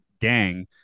gang